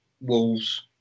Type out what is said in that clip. Wolves